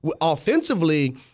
Offensively